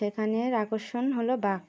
সেখানের আকর্ষণ হলো বাঘ